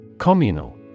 Communal